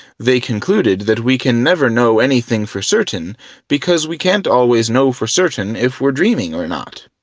they concluded that we can never know anything for certain because we can't always know for certain if we're dreaming or not.